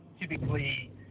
Typically